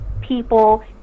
people